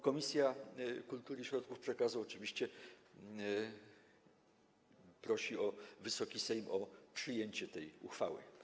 Komisja Kultury i Środków Przekazu oczywiście prosi Wysoki Sejm o przyjęcie tej uchwały.